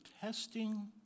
testing